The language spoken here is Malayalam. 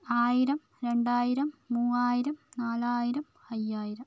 ആയിരം രണ്ടായിരം മൂവാരിയം നാലായിരം അയ്യായിരം